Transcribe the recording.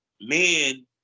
men